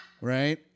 Right